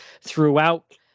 throughout